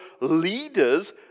leaders